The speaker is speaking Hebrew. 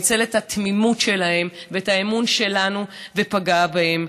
ניצל את התמימות שלהם ואת האמון שלנו ופגע בהם.